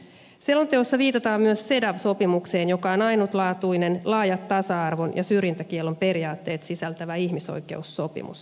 selonteossa viitataan myös cedaw sopimukseen joka on ainutlaatuinen laaja tasa arvon ja syrjintäkiellon periaatteet sisältävä ihmisoikeussopimus